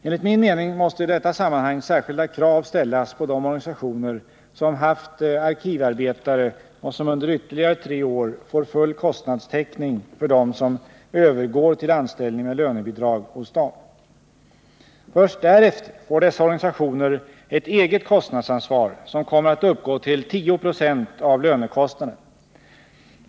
Enligt min mening måste i detta sammanhang särskilda krav ställas på de organisationer som haft arkivarbetare och som under ytterligare tre år får full kostnadstäckning för dem som övergår till anställning med lönebidrag hos dem. Först därefter får dessa organisationer ett eget kostnadsansvar, som kommer att uppgå till 10 20 av lönekostnaden.